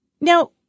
Now